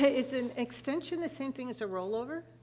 ah is an extension the same thing as a rollover?